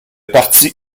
parti